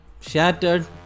shattered